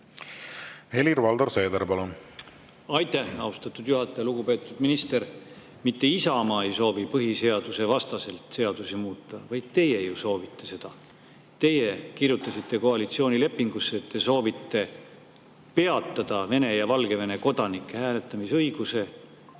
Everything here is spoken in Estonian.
Helir-Valdor Seeder, palun! Aitäh, austatud juhataja! Lugupeetud minister! Mitte Isamaa ei soovi põhiseadusvastaselt seadusi muuta, vaid teie ju soovite seda. Teie kirjutasite koalitsioonilepingusse, et te soovite peatada Vene ja Valgevene kodanike hääletamisõiguse